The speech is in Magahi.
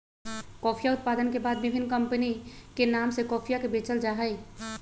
कॉफीया उत्पादन के बाद विभिन्न कमपनी के नाम से कॉफीया के बेचल जाहई